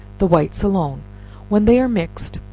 the whites alone when they are mixed,